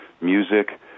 music